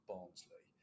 Barnsley